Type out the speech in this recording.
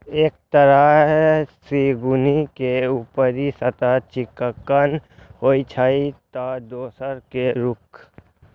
एक तरह झिंगुनी के ऊपरी सतह चिक्कन होइ छै, ते दोसर के रूख